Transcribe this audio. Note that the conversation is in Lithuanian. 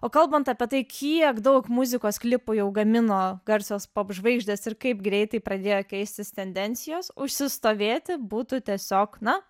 o kalbant apie tai kiek daug muzikos klipų jau gamino garsios popžvaigždės ir kaip greitai pradėjo keistis tendencijos užsistovėti būtų tiesiog na